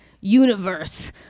universe